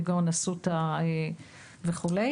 כגון אסותא וכולי,